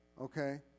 okay